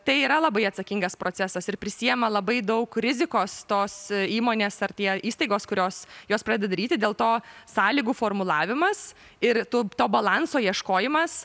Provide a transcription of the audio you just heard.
tai yra labai atsakingas procesas ir prisiima labai daug rizikos tos įmonės ar tie įstaigos kurios jos pradeda daryti dėl to sąlygų formulavimas ir tų to balanso ieškojimas